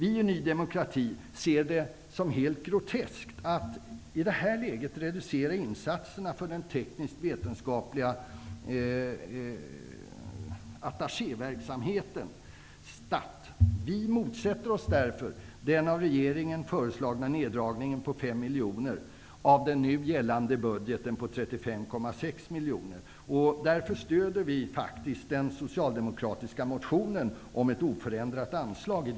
I Ny demokrati ser vi det som helt groteskt att i det här läget reducera insatserna för den tekniskt vetenskapliga attachéverksamheten STATT. Vi motsätter oss därför den av regeringen föreslagna neddragningen på 5 miljoner kronor -- av den nu gällande budgeten på 35,6 miljoner kronor. Därför stöder vi den socialdemokratiska motionen om oförändrat anslag.